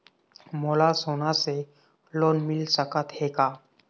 मोला सोना से लोन मिल सकत हे का?